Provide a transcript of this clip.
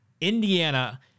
Indiana